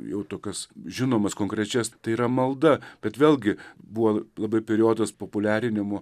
jau tokias žinomas konkrečias tai yra malda bet vėlgi buvo labai periodas populiarinimo